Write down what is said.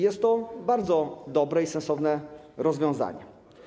Jest to bardzo dobre i sensowne rozwiązanie.